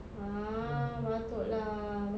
ah patut lah